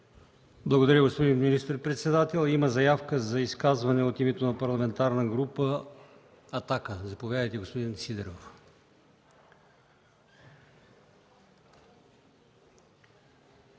Благодаря, господин министър-председател. Има заявка за изказване от името на Парламентарната група на „Атака”. Заповядайте, господин Сидеров.